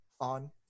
On